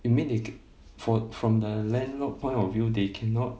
you mean they k~ for from the landlord point of view they cannot